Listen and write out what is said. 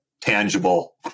tangible